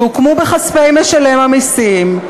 שהוקמו בכספי משלם המסים,